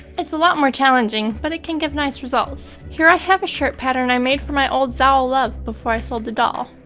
it's a lot more challenging, but it can give nice results. here i have a shirt pattern i made for my old zaoll luv before i sold the doll.